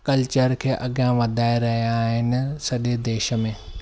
culture खे अॻियां वधाइ रहिया आहिनि सॼे देश में